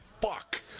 fuck